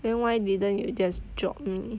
then why didn't you just drop me